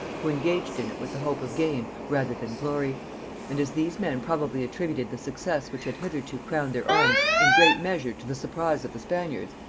who engaged in it with the hope of gain rather than glory and as these men probably attributed the success which had hitherto crowned their arms in great measure to the surprise of the spaniards,